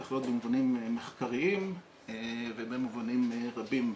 זה יכול להיות במובנים מחקריים ובמובנים רבים.